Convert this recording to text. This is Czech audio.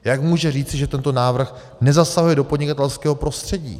Jak může říci, že tento návrh nezasahuje do podnikatelského prostředí?